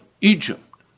Egypt